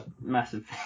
massive